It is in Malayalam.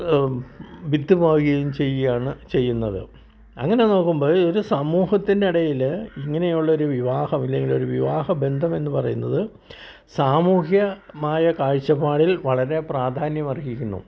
വിത്ത് പാകിയും ചെയ്യുകയാണ് ചെയ്യുന്നത് അങ്ങനെ നോക്കുമ്പോൾ ഒരു സമുഹത്തിൻ്റെ ഇടയിൽ ഇങ്ങനെയുള്ളൊരു വിവാഹം ഇല്ലെങ്കിൽ ഒരു വിവാഹ ബന്ധം എന്നു പറയുന്നത് സാമൂഹിമായ കാഴ്ച്ചപ്പാടിൽ വളരെ പ്രധാന്യം അർഹിക്കുന്നു